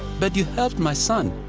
but you helped my son.